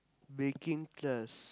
baking class